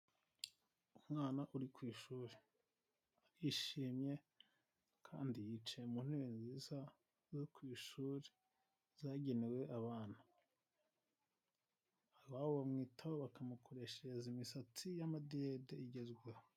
Umwana uri ku ishuri arishimye kandi yicaye mu ntebe zo ku ishuri zagenewe abawumwitaho bakareshereza imisatsi y'amadirede igezweho.